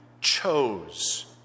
Chose